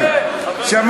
יפה, חבר הכנסת פריג'.